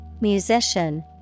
musician